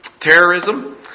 terrorism